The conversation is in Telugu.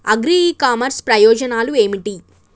అగ్రి ఇ కామర్స్ ప్రయోజనాలు ఏమిటి?